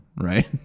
right